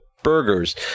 burgers